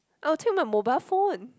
I will take my mobile phone